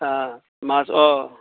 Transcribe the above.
আ মাছ অ